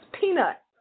Peanut